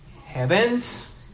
heavens